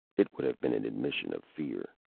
it would have been an admission of fear.